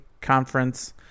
Conference